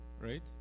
right